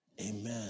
Amen